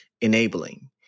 enabling